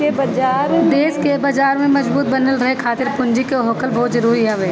देस के बाजार में मजबूत बनल रहे खातिर पूंजी के होखल बहुते जरुरी हवे